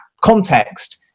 context